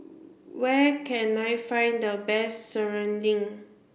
where can I find the best Serunding